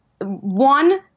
one